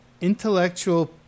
intellectual